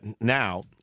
now